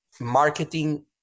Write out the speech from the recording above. marketing